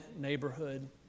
neighborhood